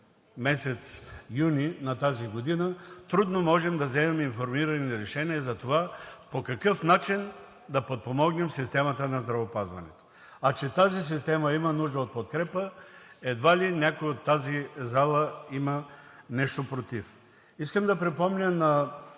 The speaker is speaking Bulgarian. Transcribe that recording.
месец юни на тази година, трудно можем да вземем информирани решения за това по какъв начин да подпомогнем системата на здравеопазването. А че тази система има нужда от подкрепа, едва ли някой от тази зала има нещо против. Искам да припомня на